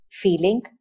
feeling